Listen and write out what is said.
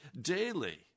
daily